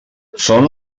són